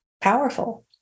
powerful